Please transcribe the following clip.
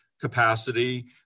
capacity